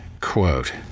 quote